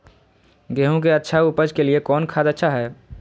गेंहू के अच्छा ऊपज के लिए कौन खाद अच्छा हाय?